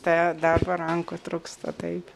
ta darbą rankų trūksta taip